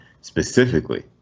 specifically